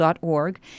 org